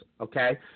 okay